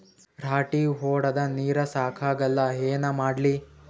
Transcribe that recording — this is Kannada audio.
ರಾಟಿ ಹೊಡದ ನೀರ ಸಾಕಾಗಲ್ಲ ಏನ ಮಾಡ್ಲಿ?